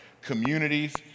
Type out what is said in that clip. communities